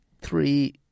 three